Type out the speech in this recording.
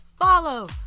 Follow